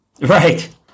Right